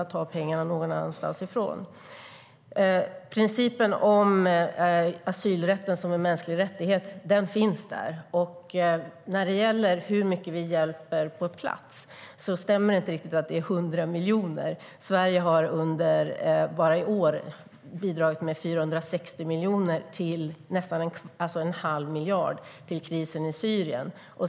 Principen om asylrätten som en mänsklig rättighet finns där. När det gäller hur mycket vi hjälper på plats stämmer det inte riktigt att det handlar om 100 miljoner. Sverige har bara i år bidragit med 460 miljoner, nästan en halv miljard, på grund av krisen i Syrien.